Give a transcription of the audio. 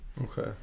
Okay